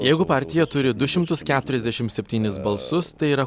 jeigu partija turi du šimtus keturiasdešim septynis balsus tai yra